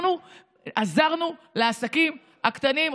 אנחנו עזרנו לעסקים הקטנים.